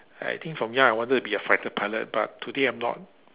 I think from young I wanted to be a fighter pilot but today I'm not